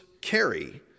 carry